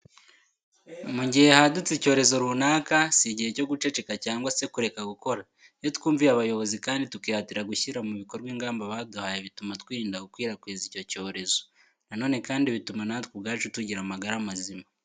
Mu gihe hadutse icyorezo runaka, si igihe cyo guceceka cyangwa se kureka gukora. Iyo twumviye abayobozi kandi tukihatira gushyira mu bikorwa ingamba baduha bituma twirinda gukwirakwiza icyo cyorezo. Na none kandi bituma natwe ubwacu tugira amagara mazima.